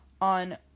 on